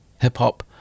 hip-hop